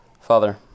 Father